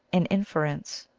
an inference,